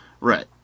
Right